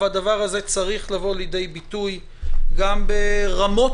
והדבר הזה צריך לבוא לידי ביטוי גם ברמות